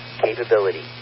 capability